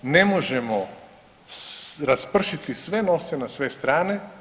Ne možemo raspršiti sve novce na sve strane.